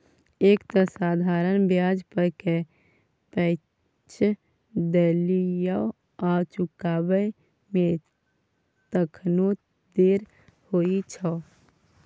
एक तँ साधारण ब्याज पर पैंच देलियौ आ चुकाबै मे तखनो देर होइ छौ